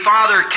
Father